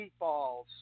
meatballs